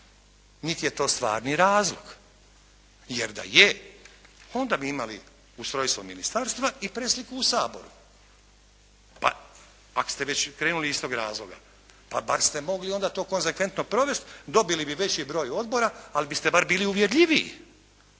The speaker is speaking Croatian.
niti je to stvarni razlog. Jer da je, onda bi imali ustrojstvo ministarstva i predstavnika u Saboru. Pa ako ste već krenuli iz tog razloga, pa bar ste mogli onda to konzekventno provesti, dobili bi veći broj odbora ali biste bar bili uvjerljiviji.